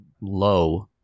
low